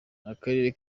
akarere